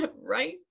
right